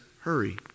hurry